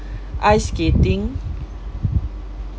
ice skating